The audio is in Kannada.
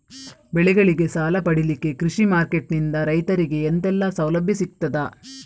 ಬೆಳೆಗಳಿಗೆ ಸಾಲ ಪಡಿಲಿಕ್ಕೆ ಕೃಷಿ ಮಾರ್ಕೆಟ್ ನಿಂದ ರೈತರಿಗೆ ಎಂತೆಲ್ಲ ಸೌಲಭ್ಯ ಸಿಗ್ತದ?